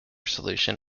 solution